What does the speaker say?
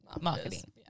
marketing